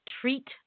treat